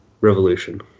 revolution